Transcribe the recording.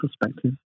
perspective